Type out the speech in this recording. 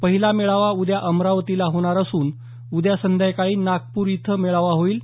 पहिला मेळावा उद्या अमरावतीला होणार असून उद्या संध्याकाळी नागपूर इथं मेळाचा होईल